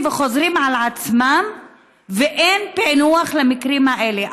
וחוזרים על עצמם ואין פענוח למקרים האלה?